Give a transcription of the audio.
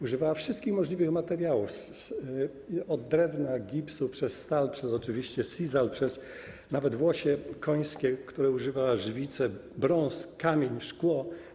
Używała wszystkich możliwych materiałów, od drewna, gipsu przez stal, przez oczywiście sizal, przez nawet włosie końskie, którego używała, żywicę, brąz, kamień, szkło.